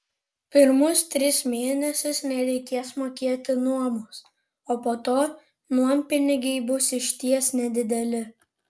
pirmus tris mėnesius nereikės mokėti nuomos o po to nuompinigiai bus išties nedideli